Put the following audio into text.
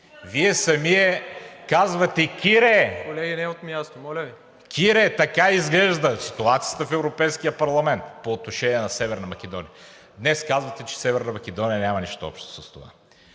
БАЛАБАНОВ: „Кире, така изглежда ситуацията в Европейския парламент по отношение на Северна Македония.“ Днес казвате, че Северна Македония няма нищо общо с това.